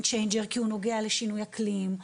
כי הוא נוגע לשינוי אקלים,